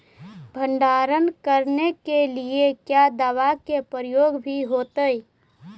भंडारन करने के लिय क्या दाबा के प्रयोग भी होयतय?